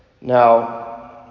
Now